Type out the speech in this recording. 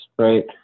right